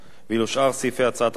ואילו שאר סעיפי הצעת החוק,